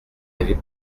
avait